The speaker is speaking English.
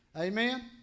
Amen